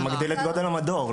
זה מגביל את גודל המדור.